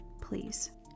Please